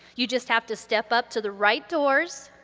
you just have to step up to the right doors,